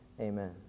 Amen